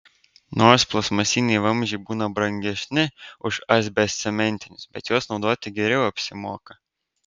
nors plastmasiniai vamzdžiai būna brangesni už asbestcementinius bet juos naudoti geriau apsimoka